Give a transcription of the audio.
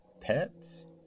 pets